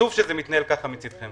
עצוב שזה מתנהל כך מצדכם.